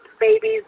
babies